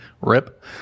Rip